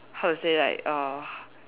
how to say like uh